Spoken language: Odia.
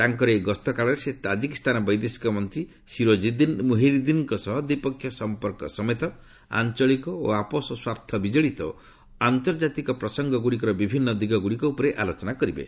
ତାଙ୍କର ଏହି ଗସ୍ତ କାଳରେ ସେ ତାକିକିସ୍ତାନ ବୈଦେଶିକ ମନ୍ତ୍ରୀ ସିରୋଜିଦ୍ଦିନ୍ ମୁହିରିଦ୍ଦିନ୍ଙ୍କ ସହ ଦ୍ୱିପକ୍ଷିୟ ସମ୍ପର୍କ ସମେତ ଆଞ୍ଚଳିକ ଓ ଆପୋଷ ସ୍ୱାର୍ଥ ବିଜଡ଼ିତ ଆନ୍ତର୍ଜାତିକ ପ୍ରସଙ୍ଗ ଗୁଡ଼ିକର ବିଭିନ୍ନ ଦିଗ ଗୁଡ଼ିକ ଉପରେ ଆଲୋଚନା କରିବେ